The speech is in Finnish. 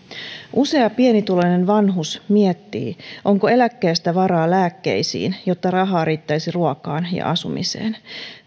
usea pienituloinen vanhus miettii onko eläkkeestä varaa lääkkeisiin jotta rahaa riittäisi ruokaan ja asumiseen